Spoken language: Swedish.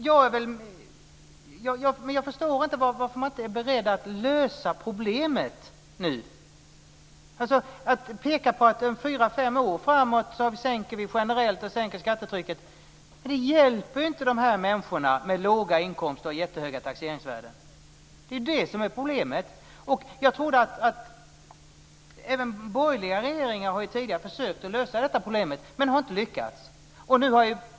Fru talman! Jag förstår inte varför man inte är beredd att lösa problemet nu. Att sänka skattetrycket om fyra fem år generellt hjälper inte människor med låga inkomster och jättehöga taxeringsvärden. Det är problemet. Även borgerliga regeringar har tidigare försökt att lösa detta problem men har inte lyckats.